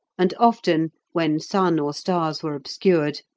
and often, when sun or stars were obscured,